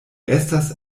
estas